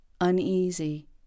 uneasy